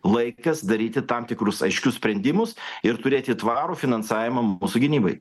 laikas daryti tam tikrus aiškius sprendimus ir turėti tvarų finansavimą mūsų gynybai